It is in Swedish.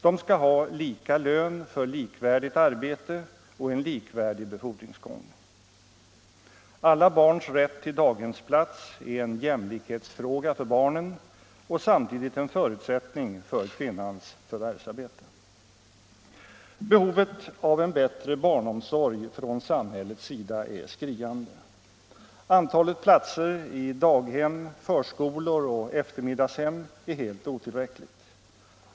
De skall ha lika lön för likvärdigt arbete och en likvärdig befordringsgång. Alla barns rätt till daghemsplats är en jämlikhetsfråga för barnen och samtidigt en förutsättning för kvinnans förvärvsarbete. Behovet av en bättre barnomsorg från samhällets sida är skriande. Antalet platser i daghem, förskolor och eftermiddagshem är helt otillräckligt.